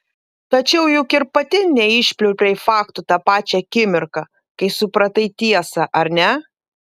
tačiau juk ir pati neišpliurpei faktų tą pačią akimirką kai supratai tiesą ar ne